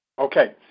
Okay